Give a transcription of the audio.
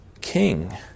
king